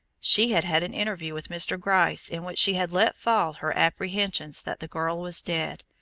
she had had an interview with mr. gryce in which she had let fall her apprehensions that the girl was dead,